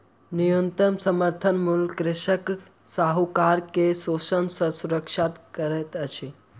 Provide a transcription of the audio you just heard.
न्यूनतम समर्थन मूल्य कृषक साहूकार के शोषण सॅ सुरक्षा करैत अछि